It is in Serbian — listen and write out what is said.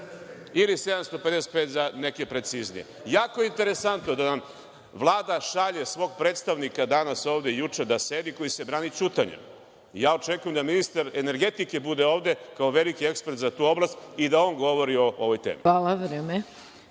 ili 755, nek je preciznije. Jako je interesantno da vam Vlada šalje svog predstavnika ovde danas i juče da sedi koji se brani ćutanjem. Očekujem da ministar energetike bude ovde kao velike ekspert za tu oblast i da on govori o ovoj temi. **Maja